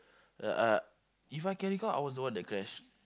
uh uh if I can recall I was the one that crash